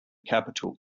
capital